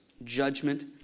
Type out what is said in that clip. Judgment